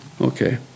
okay